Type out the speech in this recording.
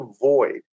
void